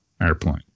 airplane